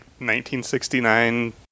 1969